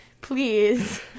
Please